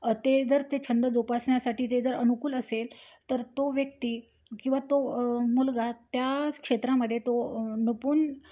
ते जर ते छंद जोपासण्यासाठी ते जर अनुकूल असेल तर तो व्यक्ती किंवा तो मुलगा त्या क्षेत्रामध्ये तो निपुण